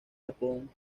japón